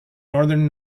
northern